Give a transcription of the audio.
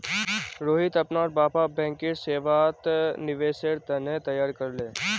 रोहित अपनार बापक बैंकिंग सेवात निवेशेर त न तैयार कर ले